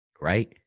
right